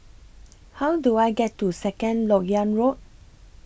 How Do I get to Second Lok Yang Road